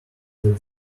that